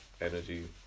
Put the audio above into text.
energy